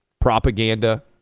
propaganda